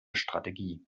strategie